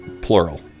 plural